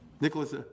Nicholas